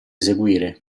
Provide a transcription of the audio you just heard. eseguire